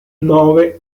nove